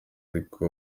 ariko